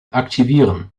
aktivieren